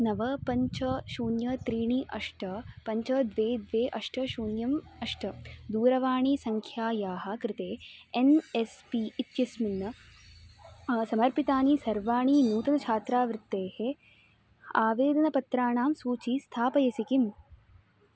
नव पञ्च शून्यं त्रीणि अष्ट पञ्च द्वे द्वे अष्ट शून्यम् अष्ट दूरवाणीसङ्ख्यायाः कृते एन् एस् पी इत्यस्मिन् समर्पितानि सर्वाणि नूतनछात्रवृत्तेः आवेदनपत्राणां सूची स्थापयसि किम्